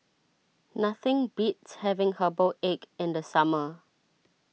nothing beats having Herbal Egg in the summer